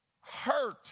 Hurt